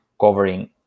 covering